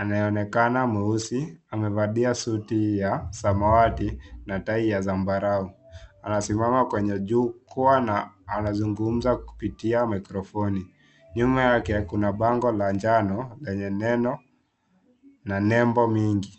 ameonekana mweusi amevalia suti ya samawati na tai ya zambarao, anasimama kwenye jukwaa na anazungumza kupitia mikrofoni nyuma yake kuna bango la njano lenye neno na nembo mingi.